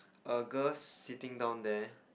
a girl sitting down there